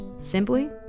simply